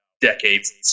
decades